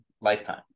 lifetime